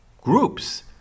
groups